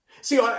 See